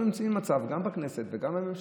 אנחנו נמצאים במצב, גם בכנסת וגם בממשלה,